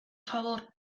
favor